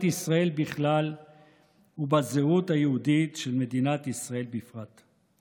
ישראל בכלל ובזהות היהודית של מדינת ישראל בפרט.